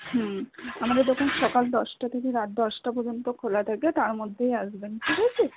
হুম আমাদের দোকান সকাল দশটা থেকে রাত দশটা পর্যন্ত খোলা থাকে তার মধ্যেই আসবেন ঠিক আছে